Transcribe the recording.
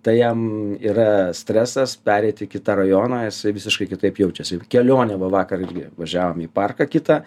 tai jam yra stresas pereit į kitą rajoną jisai visiškai kitaip jaučiasi kelionė va vakar irgi važiavom į parką kitą